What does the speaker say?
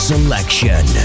Selection